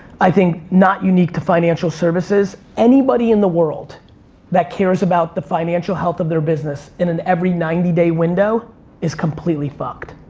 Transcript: i think, not unique to financial services, anybody in the world that cares about the financial health of their business in an every ninety day window is completely fucked.